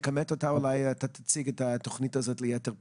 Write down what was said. אולי תציג את התוכנית הזאת ביתר פירוט.